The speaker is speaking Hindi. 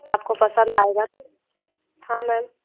आपको पसंद आएगा तो हाँ मैम